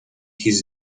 his